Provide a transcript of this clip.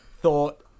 thought